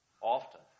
Often